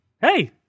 hey